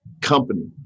company